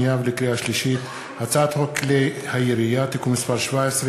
לקריאה שנייה ולקריאה שלישית: הצעת חוק כלי הירייה (תיקון מס' 17),